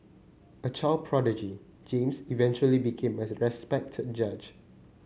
a child prodigy James eventually became a respected judge